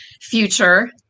future